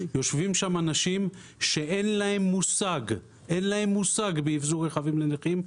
יושבים שם אנשים שאין להם מושג באבזור רכבים לנכים,